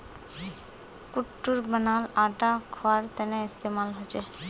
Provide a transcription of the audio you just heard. कुट्टूर बनाल आटा खवार तने इस्तेमाल होचे